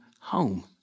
home